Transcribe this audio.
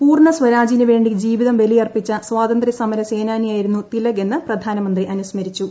പൂർണ സ്വരാജിന് വേണ്ടി ജീവിതം ബലി അർപ്പിച്ച സ്വതന്ത്ര്യ സമര സേനാനിയായിരുന്നു തിലക് എന്ന് പ്രധാനമന്ത്രി അനുസ്മരിച്ചു